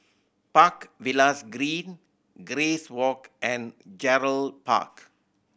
Park Villas Green Grace Walk and Gerald Park